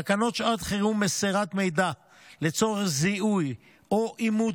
תקנות שעת חירום (מסירת מידע לצורך זיהוי או אימות